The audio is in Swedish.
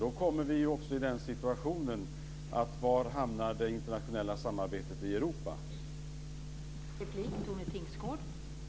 Då kommer vi i situationen att fråga oss var det internationella samarbetet i Europa hamnar.